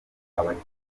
abakinnyi